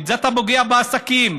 אתה פוגע בעסקים,